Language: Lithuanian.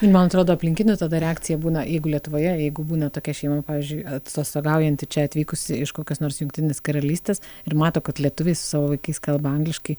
ir man atrodo aplinkinių tada reakcija būna jeigu lietuvoje jeigu būna tokia šeima pavyzdžiui atostogaujanti čia atvykusi iš kokios nors jungtinės karalystės ir mato kad lietuviai su savo vaikais kalba angliškai